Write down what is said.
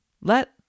Let